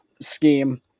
scheme